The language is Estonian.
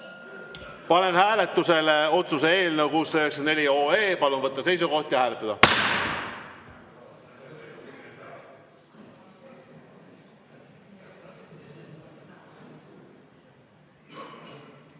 Panen hääletusele otsuse eelnõu 694. Palun võtta seisukoht ja hääletada!